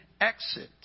exit